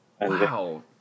Wow